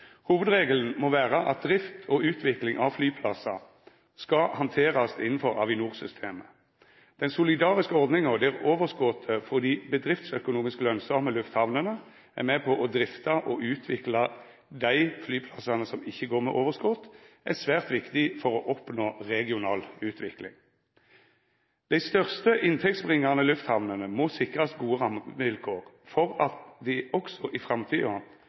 Hovudregelen må vera at drift og utvikling av flyplassar skal handterast innanfor Avinor-systemet. Den solidariske ordninga der overskotet frå dei bedriftsøkonomisk lønsame lufthamnene er med på å drifta og utvikla dei flyplassane som ikkje går med overskot, er svært viktig for å oppnå regional utvikling. Dei største inntektsbringande lufthamnene må sikrast gode rammevilkår for at dei også i framtida